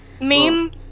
meme